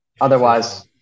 Otherwise